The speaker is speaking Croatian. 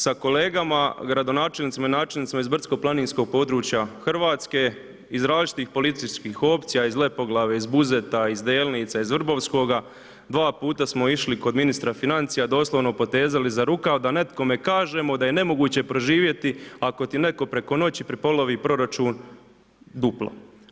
Sa kolegama, gradonačelnicima i načelnicima iz brdsko planinskog područja Hrvatske, iz različitih policijskih opcija, iz Lepoglave, iz Buzeta, iz Delnica, iz Vrbovskoga dva puta smo išli kod ministra financija, doslovno potezali za rukav da nekome kažemo da je nemoguće preživjeti ako ti netko preko noći prepolovi proračun duplo.